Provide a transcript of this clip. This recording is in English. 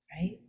right